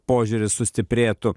požiūris sustiprėtų